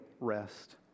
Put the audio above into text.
rest